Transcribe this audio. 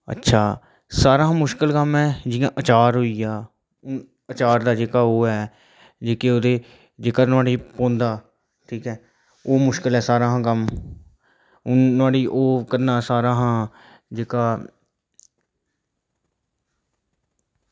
अच्छा सारें कशा मुश्कल कम्म ऐ जियां आचार होइया एह् आचार दा जेह्का ओह् ऐ जेह्के ओह्दे जेह्का नुहाड़े च पौंदा ओह् मुश्कल ऐ सारें कशा कम्म हून नुहाड़ी ओह् करना सारें कशा जेह्का